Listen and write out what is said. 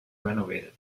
renovated